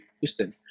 Houston